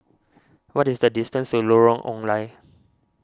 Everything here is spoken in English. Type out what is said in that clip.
what is the distance to Lorong Ong Lye